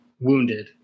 wounded